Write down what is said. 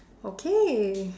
okay